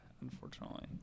unfortunately